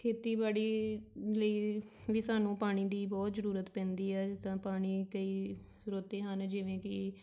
ਖੇਤੀਬਾੜੀ ਲਈ ਵੀ ਸਾਨੂੰ ਪਾਣੀ ਦੀ ਬਹੁਤ ਜ਼ਰੂਰਤ ਪੈਂਦੀ ਹੈ ਜਿੱਦਾਂ ਪਾਣੀ ਕਈ ਸਰੋਤ ਹਨ ਜਿਵੇਂ ਕਿ